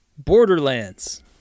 Borderlands